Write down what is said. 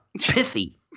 pithy